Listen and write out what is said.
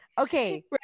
okay